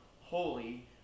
holy